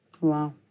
Wow